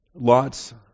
Lot's